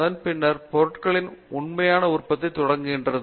அதன் பின்னர் பொருட்களின் உண்மையான உற்பத்தி தொடங்குகிறது